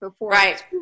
Right